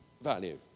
value